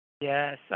Yes